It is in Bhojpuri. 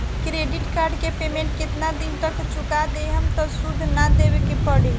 क्रेडिट कार्ड के पेमेंट केतना दिन तक चुका देहम त सूद ना देवे के पड़ी?